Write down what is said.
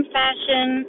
fashion